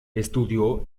estudió